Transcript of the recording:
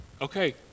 Okay